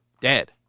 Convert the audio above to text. dead